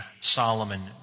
Solomon